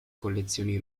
collezioni